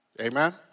Amen